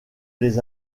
les